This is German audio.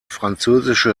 französische